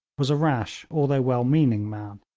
was a rash although well-meaning man.